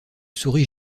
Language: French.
sourit